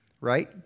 right